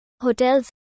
Hotels